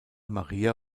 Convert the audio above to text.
maria